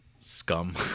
scum